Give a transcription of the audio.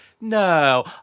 no